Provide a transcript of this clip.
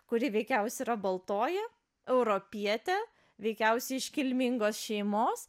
kuri veikiausiai yra baltoji europietė veikiausiai iš kilmingos šeimos